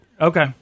Okay